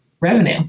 revenue